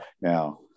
now